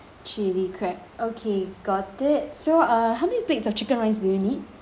chilli crab okay got it so uh how many plates of chicken rice do you need